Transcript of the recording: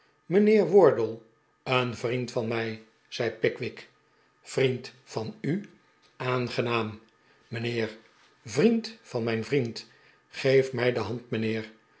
mijnheer wardle een vriend van mij zei pickwick vriend van u aangenaam mijnheer vriend van mijn vriend geef mij de hand